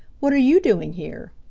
what are you doing here?